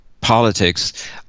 politics